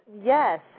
yes